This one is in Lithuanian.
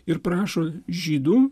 ir prašo žydų